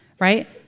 Right